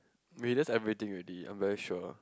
wait that's everything already I'm very sure